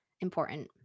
important